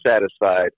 satisfied